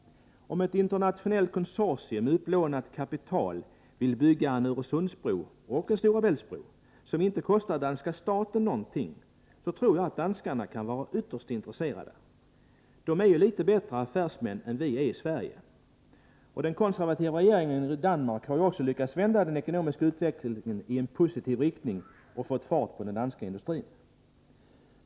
Om ett internationellt konsortium utlånar kapital och vill bygga en Öresundsbro och en Stora Bält-bro, som inte kostar danska staten någonting, tror jag att danskarna kan vara ytterst intresserade. De är ju litet bättre affärsmän än vi äriSverige. Den konservativa regeringen i Danmark har också lyckats vända den ekonomiska utvecklingen i en positiv riktning och fått fart på den danska industrin.